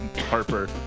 Harper